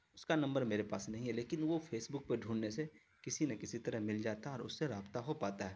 اس کا نمبر میرے پاس نہیں ہے لیکن وہ فیس بک پہ ڈھونڈنے سے کسی نہ کسی طرح مل جاتا ہے اور اس سے رابطہ ہو پاتا ہے